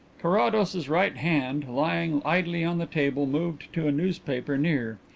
carrados's right hand, lying idly on the table, moved to a newspaper near.